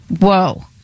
Whoa